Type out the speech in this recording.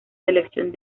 selección